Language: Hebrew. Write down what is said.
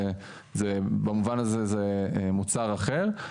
זה במובן הזה מוצר אחר.